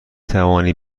توانی